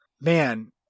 man